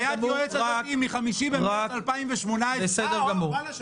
הנחיית יועץ היא מה-5 במרץ 2018. בסדר גמור.